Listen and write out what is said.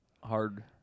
hard